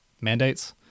mandates